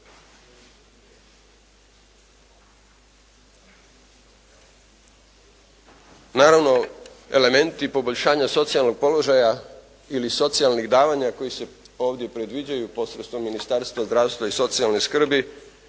Naravno elementi poboljšanja socijalnog položaja ili socijalnih davanja koji se ovdje predviđaju posredstvom Ministarstva zdravstva i socijalne skrbi